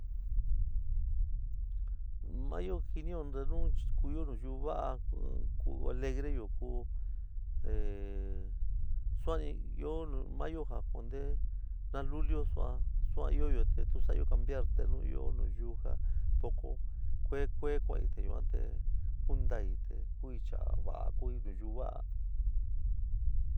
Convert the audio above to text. Maáyo jɨnió ntenu ku'uyo in nayuú va'a ku alegreyo ku ehh suanni ɨó in mayo ja contee na luúlio sua suan ɨóyo te tu sa'ayo cambiar te nu ɨó nayuú ja poco kue kue kuan'í te yuan te kuntaí te kui chaá vaa kuí nayuú va'á.